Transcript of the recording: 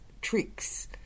tricks